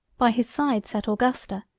by his side sate augusta,